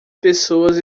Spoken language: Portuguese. pessoas